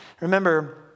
Remember